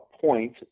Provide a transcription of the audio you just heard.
point